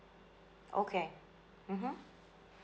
okay mmhmm